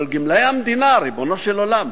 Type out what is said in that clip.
אבל גמלאי המדינה, ריבונו של עולם,